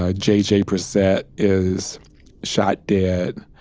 ah j j. brissette is shot dead.